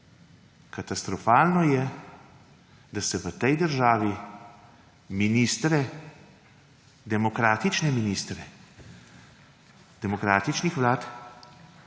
katastrofalno je, da se v tej državi ministre, demokratične ministre demokratičnih vlad